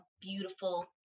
beautiful